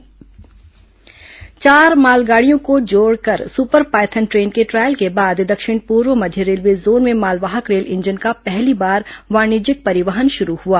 rail engine चार मालगाड़ियों को जोड़कर सुपर पायथन ट्रेन के ट्रायल के बाद दक्षिण पूर्व मध्य रेलवे जोन में मालवाहक रेल इंजन का पहली बार वाणिज्यिक परिवहन शुरू हुआ